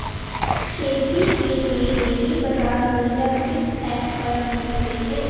खेती के डेली बाज़ार मूल्य किस ऐप पर मिलते हैं?